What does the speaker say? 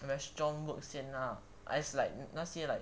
restaurant work 先 lah as in like 那些 like